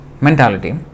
mentality